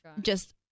just-